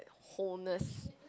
wholeness